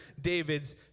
David's